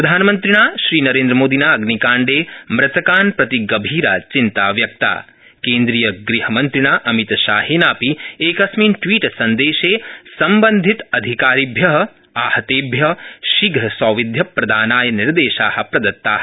प्रधानमन्त्रिणा श्रीनरेन्द्रमोदिना अग्निकाण्डे मृतकान् प्रति गभीरा चिंता व्यक्ता केन्द्रीयगृहमन्त्रिणा अमितशाहेनापि एकस्मिन् िव्री ज़िन्देशे सम्बन्धिताधिकारिभ्य आहतेभ्य शीप्रसौविध्य प्रदानाय निर्देशा प्रदत्ता